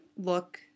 look